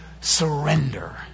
surrender